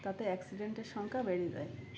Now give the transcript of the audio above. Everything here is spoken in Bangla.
তাতে অ্যাকসিডেন্টের সংখ্যা বেড়িয়ে দেয়